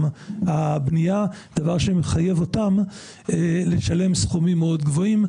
הבנייה דבר שמחייב אותם לשלם סכומים מאוד גבוהים.